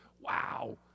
Wow